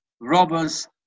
robbers